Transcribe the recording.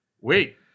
Wait